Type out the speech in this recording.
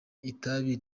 itabi